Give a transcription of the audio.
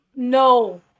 No